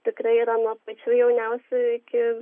tikrai yra nuo pačių jauniausių iki